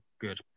good